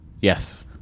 Yes